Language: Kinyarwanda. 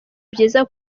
byiza